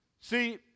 See